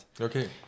Okay